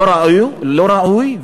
לא ראוי,